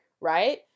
right